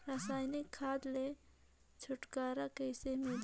रसायनिक खाद ले छुटकारा कइसे मिलही?